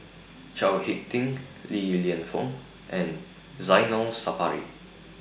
Chao Hick Tin Li Lienfung and Zainal Sapari